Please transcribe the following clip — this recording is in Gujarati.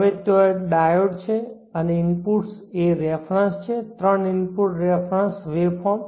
હવે ત્યાં ડાયોડ છે અને ઇનપુટ્સ એ રેફેરન્સ છે ત્રણ ઇનપુટ રેફેરન્સreference વેવફોર્મ